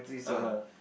(uh huh)